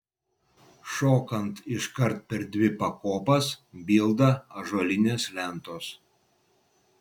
šokant iškart per dvi pakopas bilda ąžuolinės lentos